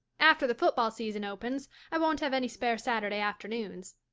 after the football season opens i won't have any spare saturday afternoons.